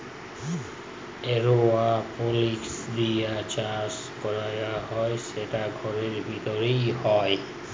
এরওপলিক্স দিঁয়ে চাষ ক্যরা হ্যয় সেট ঘরের ভিতরে হ্যয়